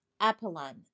Apollon